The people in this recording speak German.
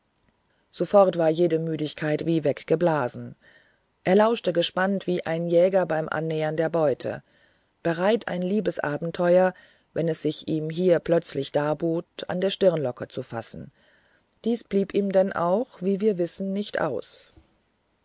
sofort war jede müdigkeit wie weggeblasen er lauschte gespannt wie ein jäger beim annähern der beute bereit ein liebesabenteuer wenn es sich ihm hier plötzlich darbot an der stirnlocke zu fassen dieses blieb ihm denn auch wie wir wissen nicht aus